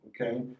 okay